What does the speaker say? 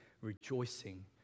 rejoicing